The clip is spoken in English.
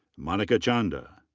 monica chanda.